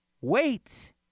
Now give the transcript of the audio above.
Wait